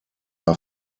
war